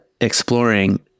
exploring